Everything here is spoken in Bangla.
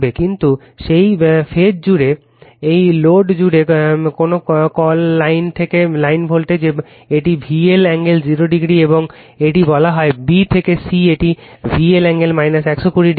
কিন্তু সেই ফেজ জুড়ে রেফার টাইম 2050 এই লোড জুড়ে কোন কল লাইন থেকে লাইন ভোল্টেজ এটি VL কোণ 0 o এবং এটি বলা হয় b থেকে c এটি VL কোণ 120o